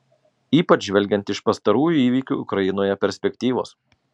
ypač žvelgiant iš pastarųjų įvykių ukrainoje perspektyvos